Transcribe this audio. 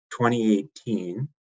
2018